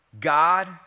God